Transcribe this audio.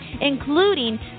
including